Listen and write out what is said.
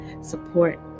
support